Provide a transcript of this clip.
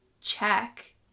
check